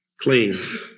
clean